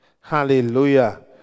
Hallelujah